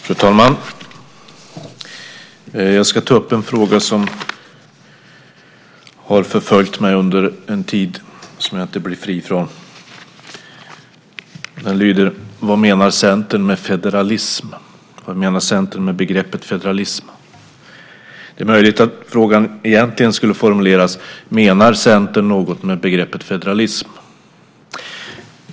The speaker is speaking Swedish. Fru talman! Jag ska ta upp en fråga som har förföljt mig under en tid som jag inte blir fri från. Den lyder: Vad menar Centern med federalism? Vad menar Centern med begreppet federalism? Det är möjligt att frågan egentligen skulle formuleras: Menar Centern något med begreppet federalism?